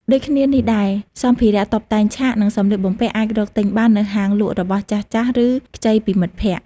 ដូចគ្នានេះដែរ សម្ភារតុបតែងឆាក និងសម្លៀកបំពាក់អាចរកទិញបាននៅហាងលក់របស់ចាស់ៗ ឬខ្ចីពីមិត្តភក្តិ។